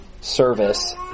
service